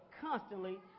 constantly